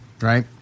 Right